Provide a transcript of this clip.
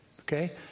Okay